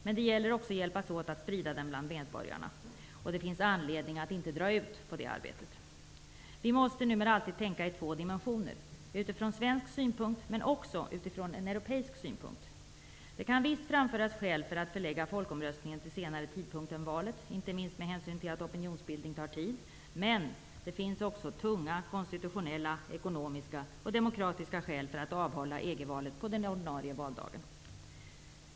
Men det gäller också att hjälpas åt att sprida den bland medborgarna. Det finns anledning att inte dra ut på det arbetet. Vi måste numera alltid tänka i två dimensioner, utifrån svensk synpunkt men också utifrån europeisk synpunkt. Det kan visst framföras skäl för att förlägga folkomröstningen till senare tidpunkt än valet, inte minst med hänsyn till att opinionsbildning tar tid. Men det finns också tunga konstitutionella, ekonomiska och demokratiska skäl att avhålla EG-valet på den ordinarie valdagen.